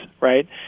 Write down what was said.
right